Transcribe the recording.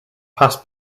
pass